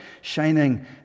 shining